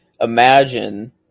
imagine